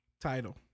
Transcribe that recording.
Title